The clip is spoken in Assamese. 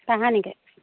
কাহানিকৈ